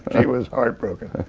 she was heartbroken.